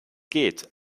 geht